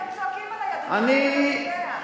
הם גם צועקים עלי, אדוני, אתה לא יודע.